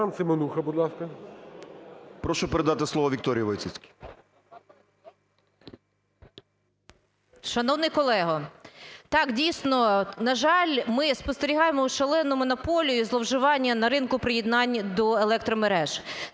Прошу передати слово Вікторії Войціцькій.